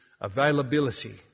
availability